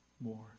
more